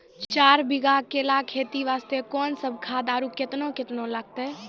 चार बीघा केला खेती वास्ते कोंन सब खाद आरु केतना केतना लगतै?